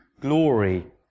glory